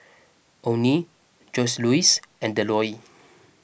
Onnie Joseluis and Delois